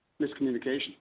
miscommunication